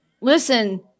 listen